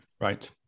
right